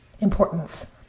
Importance